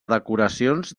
decoracions